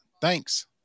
Thanks